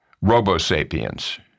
robo-sapiens